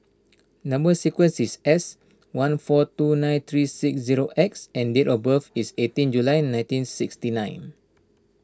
Number Sequence is S one four two nine three six zero X and date of birth is eighteen July nineteen sixty nine